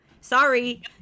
Sorry